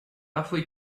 parfois